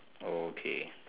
oh okay